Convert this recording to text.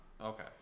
Okay